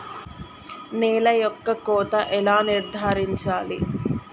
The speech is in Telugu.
నేల యొక్క కోత ఎలా నిర్ధారించాలి?